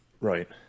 Right